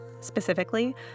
specifically